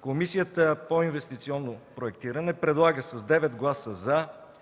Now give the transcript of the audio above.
Комисията по инвестиционно проектиране с 9 гласа „за”,